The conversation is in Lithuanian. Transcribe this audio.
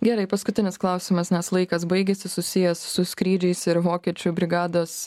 gerai paskutinis klausimas nes laikas baigiasi susijęs su skrydžiais ir vokiečių brigados